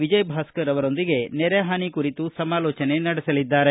ವಿಜಯಭಾಸ್ಗರ್ ಅವರೊಂದಿಗೆ ನೆರೆಹಾನಿ ಕುರಿತು ಸಮಾಲೋಚನೆ ನಡೆಸಲಿದ್ದಾರೆ